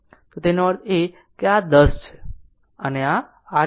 તો તેનો અર્થ એ કે આ એક 10 છે અને આ 8